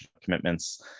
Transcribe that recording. commitments